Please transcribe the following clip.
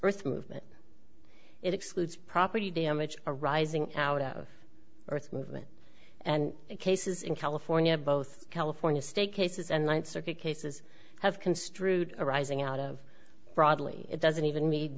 earth movement it excludes property damage arising out of earth movement and cases in california both california state cases and ninth circuit cases have construed arising out of broadly it doesn't even